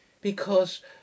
because